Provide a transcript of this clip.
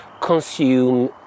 consume